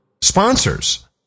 sponsors